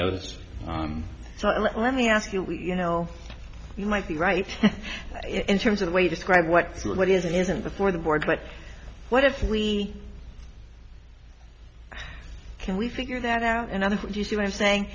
might let me ask you you know you might be right in terms of the way describe what's what is it isn't before the board but what if we can we figure that out and i think you see what i'm saying